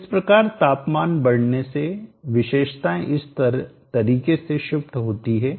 इस प्रकार तापमान बढ़ने से विशेषताएं इस तरीके से शिफ्टस्थानांतरित होती हैं